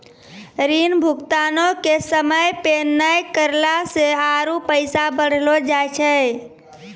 ऋण भुगतानो के समय पे नै करला से आरु पैसा बढ़लो जाय छै